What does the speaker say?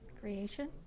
Creation